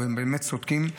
ואתם באמת צודקים.